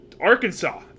Arkansas